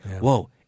whoa